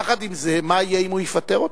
יחד עם זה, מה יהיה אם הוא יפטר אותם?